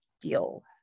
deal